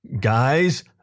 Guys